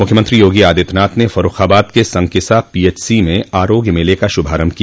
मुख्यमंत्री योगी आदित्यनाथ ने फरूखाबाद के सकिसा पीएचसी में आरोग्य मेले का शुभारंभ किया